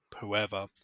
whoever